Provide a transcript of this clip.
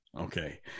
Okay